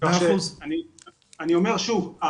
אני אומר שוב,